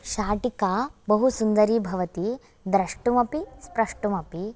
शाटिका बहु सुन्दरी भवति द्रष्टुमपि स्प्रष्टुमपि